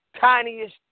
tiniest